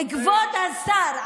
כבוד השר,